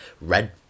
red